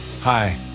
hi